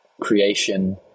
creation